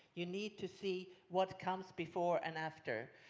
you need to see what comes before and after.